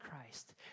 Christ